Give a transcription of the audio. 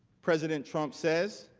president trump says.